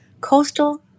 coastal